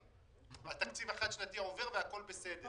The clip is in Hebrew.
התקציב החד-שנתי יעבור והכול בסדר.